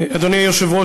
אדוני היושב-ראש,